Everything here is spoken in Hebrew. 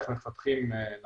איך מפתחים נכון,